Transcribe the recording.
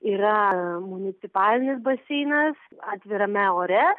yra municipalinis baseinas atvirame ore